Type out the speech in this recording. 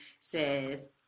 says